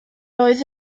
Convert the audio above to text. oedd